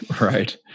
Right